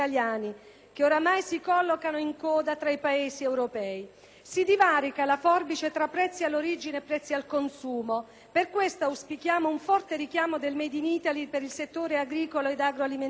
che ormai si collocano in coda tra i Paesi europei. Si divarica la forbice tra prezzi all'origine e prezzi al consumo: per questo, auspichiamo un forte richiamo del *made in Italy* per il settore agricolo ed agroalimentare,